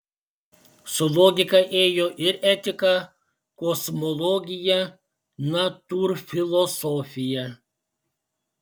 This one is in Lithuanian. su logika ėjo ir etika kosmologija natūrfilosofija